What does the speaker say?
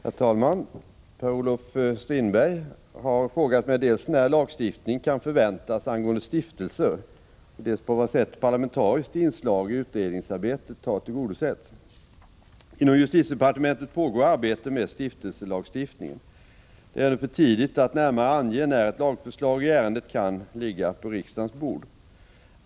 Herr talman! Per-Olof Strindberg har frågat mig dels när lagförslag kan förväntas angående stiftelser, dels på vad sätt parlamentariskt inslag i utredningsarbetet har tillgodosetts. Inom justitiedepartementet pågår arbete med stiftelselagstiftningen. Det är ännu för tidigt att närmare ange när ett lagförslag i ärendet kan ligga på riksdagens bord.